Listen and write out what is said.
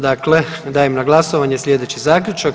Dakle, dajem na glasovanje slijedeći zaključak.